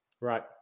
right